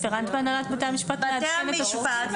הרפרנט בהנהלת בתי המשפט מעדכן את השופטים.